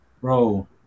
bro